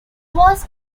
was